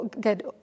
get